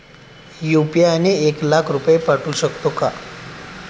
UPI ने एक लाख रुपये पाठवू शकतो का?